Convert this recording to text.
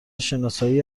شناسایی